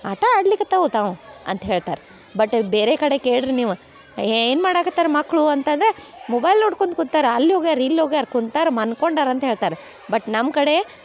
ಆಟ ಆಡ್ಲಿಕತ್ತಿವೆ ತಾವು ಅಂತ ಹೇಳ್ತಾರೆ ಬಟ್ ಬೇರೆ ಕಡೆ ಕೇಳಿರಿ ನೀವು ಏನು ಮಾಡಕ್ಕೆ ಹತ್ತಾರೆ ಮಕ್ಕಳು ಅಂತಂದರೆ ಮೊಬೈಲ್ ನೋಡ್ಕೊಂತ ಕುಂತಾರೆ ಅಲ್ಲಿ ಹೋಗ್ಯಾರೆ ಇಲ್ಲಿ ಹೋಗ್ಯಾರೆ ಕುಂತಾರೆ ಮನ್ಕೊಂಡಾರೆ ಅಂತ ಹೇಳ್ತಾರೆ ಬಟ್ ನಮ್ಮ ಕಡೆ